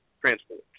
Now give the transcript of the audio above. transport